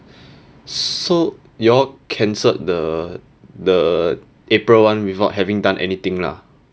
so y'all cancelled the the april one without having done anything lah